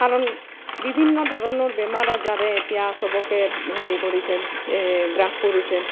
কাৰণ বিভিন্ন ধৰণৰ বেমাৰ আজাৰে এতিয়া সবকে হেৰি কৰিছে গ্ৰাস কৰিছে